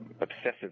obsessive